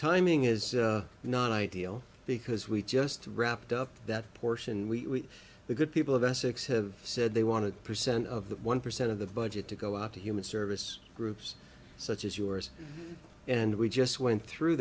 timing is not ideal because we just wrapped up that portion we the good people of essex have said they want to percent of the one percent of the budget to go out to human service groups such as yours and we just went through